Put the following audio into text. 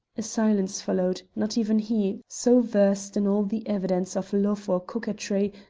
a silence followed not even he, so versed in all the evidence of love or coquetry,